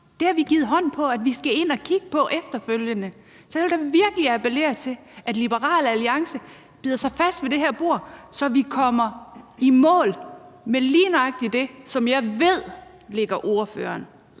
Vi har givet hånd på, at vi skal ind og kigge på det efterfølgende. Så jeg vil da virkelig appellere til, at Liberal Alliance bider sig fast ved det her bord, så vi kommer i mål med lige nøjagtig det, som jeg ved ligger ordføreren